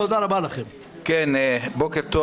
בוקר טוב